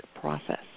process